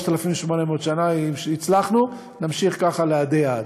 3,800 שנה הצלחנו, ונמשיך ככה לעדי עד.